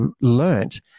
learnt –